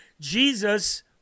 Jesus